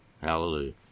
Hallelujah